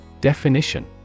Definition